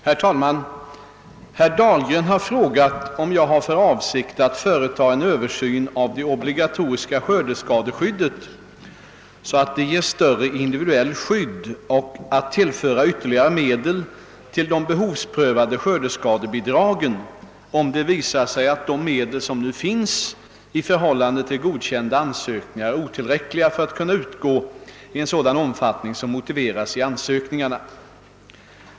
Herr talman! Herr Dahlgren har frågat, om jag har för avsikt att företa en översyn av det obligatoriska skördeskadeskyddet så att det ger större indivi duellt skydd och att tillföra ytterligare medel till de behovsprövade skördeskadebidragen, om det visar sig att de medel som nu finns i förhållande till godkända ansökningar är otillräckliga för att kunna utgå i en sådan omfattning som motiveras i ansökningarna.